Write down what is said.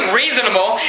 reasonable